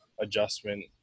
adjustment